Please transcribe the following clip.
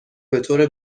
بطور